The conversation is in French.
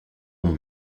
mon